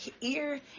ear